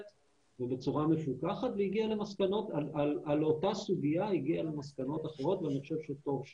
ובצורה מפוקחת ועל אותה סוגיה הגיע למסקנות אחרות ואני חושב שטוב שכך,